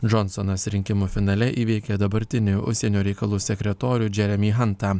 džonsonas rinkimų finale įveikė dabartinį užsienio reikalų sekretorių džeremį hantą